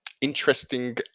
interesting